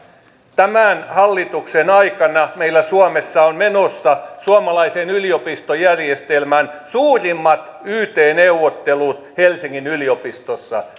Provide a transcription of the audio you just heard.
tämän hallituksen aikana meillä suomessa ovat menossa suomalaisen yliopistojärjestelmän suurimmat yt neuvottelut helsingin yliopistossa